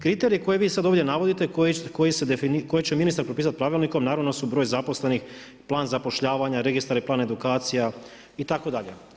Kriteriji koje vi sada ovdje navodite koje će ministar propisat pravilnikom, naravno da su broj zaposlenih, plan zapošljavanja, registar i plan edukacija itd.